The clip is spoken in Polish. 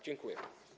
Dziękuję.